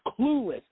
clueless